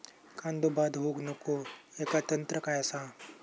कांदो बाद होऊक नको ह्याका तंत्र काय असा?